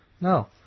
No